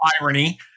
irony